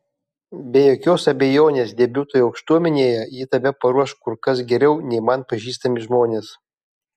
be jokios abejonės debiutui aukštuomenėje ji tave paruoš kur kas geriau nei man pažįstami žmonės